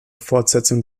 fortsetzung